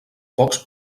pocs